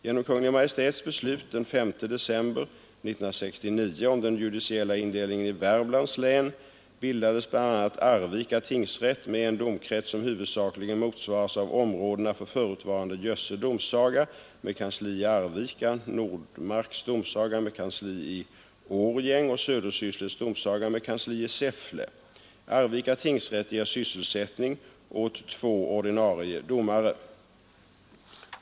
Genom Kungl. Maj:ts beslut den 5 december 1969 om den judiciella indelningen i Värmlands län bildades bl.a. Arvika tingsrätt med en domkrets som huvudsakligen motsvaras av områdena för förutvarande Jösse domsaga med kansli i Arvika, Nordmarks domsaga med kansli i Årjäng och Södersysslets domsaga méd kansli i Säffle. Arvika tingsrätt ger sysselsättning åt två ordinarie domare.